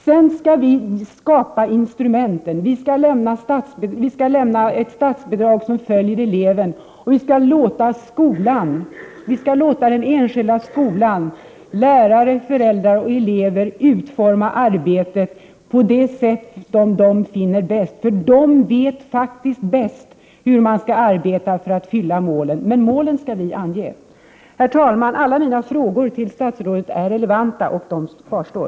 Sedan skall vi skapa instrumenten. Vi skall lämna ett statsbidrag som följer eleven. Vi skall låta den enskilda skolan, lärarna, föräldrarna och eleverna utforma arbetet på det sätt de finner bäst, för de vet faktiskt bäst hur man skall arbeta för att nå målen. Men målen skall vi ange. Fru talman! Alla mina frågor till statsrådet är relevanta, och de kvarstår.